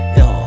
yo